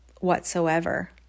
whatsoever